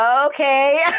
okay